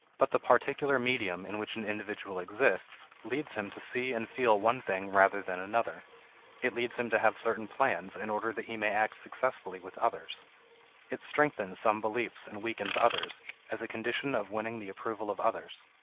but the particular medium in which an individual exists leads him to see and feel one thing rather than another it leads him to have certain plans in order that he may act successfully with others it strengthens some beliefs and weakens others as a condition of winning the approval of others.